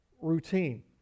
routine